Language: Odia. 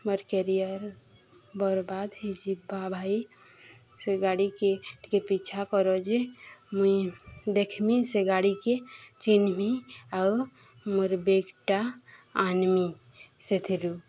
ମୋର୍ କେରିୟର ବର୍ବାଦ ହେଇଯିବା ଭାଇ ସେ ଗାଡ଼ିକେ ଟିକେ ପିଛା କର ଯେ ମୁଇଁ ଦେଖ୍ମି ସେ ଗାଡ଼ିକେ ଚିହ୍ମମି ଆଉ ମୋର୍ ବେଗ୍ଟା ଆନମି ସେଥିରୁ